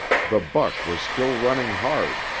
the buck was still running hard,